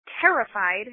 terrified